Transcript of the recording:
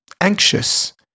anxious